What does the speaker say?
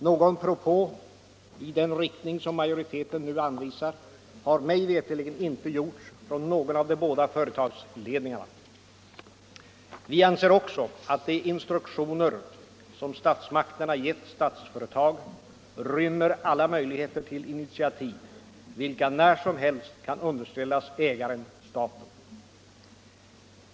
Någon propå i den riktning som majoriteten nu anvisar har mig veterligen inte gjorts från någon av de båda företagsledningarna. Vi anser också att de instruktioner som statsmakterna givit Statsföretag rymmer alla möjligheter till initiativ, vilka när som helst kan underställas ägaren-staten.